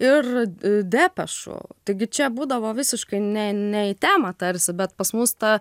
ir depešų taigi čia būdavo visiškai ne ne į temą tarsi bet pas mus ta